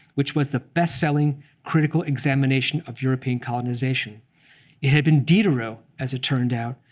which was the best-selling critical examination of european colonization. it had been diderot, as it turned out,